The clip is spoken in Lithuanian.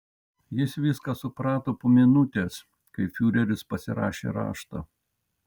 jis viską suprato po minutės kai fiureris pasirašė raštą